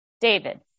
David